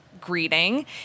greeting